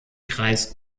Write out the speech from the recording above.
kreis